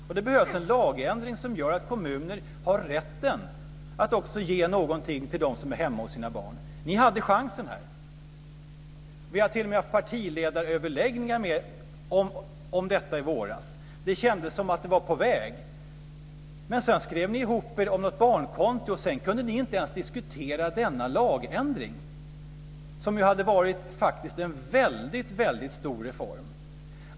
Och det behövs en lagändring som gör att kommuner har rätten att också ge någonting till dem som är hemma hos sina barn. Ni hade chansen här. Vi hade t.o.m. partiledaröverläggningar om detta i våras. Det kändes som att det var på väg. Men sedan skrev ni ihop er om något barnkonto, och sedan kunde ni inte ens diskutera denna lagändring som ju faktiskt hade varit en väldigt stor reform.